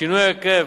שינוי ההרכב,